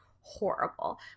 horrible